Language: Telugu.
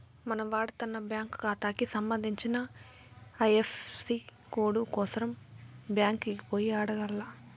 మనం వాడతన్న బ్యాంకు కాతాకి సంబంధించిన ఐఎఫ్ఎసీ కోడు కోసరం బ్యాంకికి పోయి అడగాల్ల